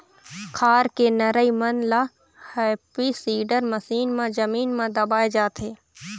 खार के नरई मन ल हैपी सीडर मसीन म जमीन म दबाए जाथे